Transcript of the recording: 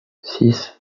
six